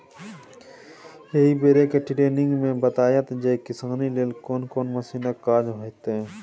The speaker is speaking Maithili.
एहि बेरक टिरेनिंग मे बताएत जे किसानी लेल कोन कोन मशीनक काज हेतै